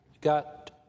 got